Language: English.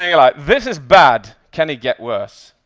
ah like, this is bad. can it get worse